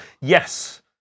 Yes